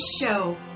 show